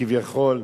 כביכול,